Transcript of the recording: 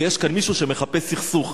ויש כאן מישהו שמחפש סכסוך.